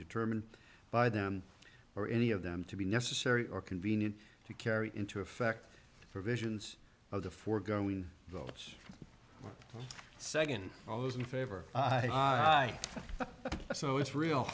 determined by them or any of them to be necessary or convenient to carry into effect for visions of the foregoing votes second all those in favor so it's real